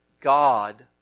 God